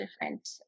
different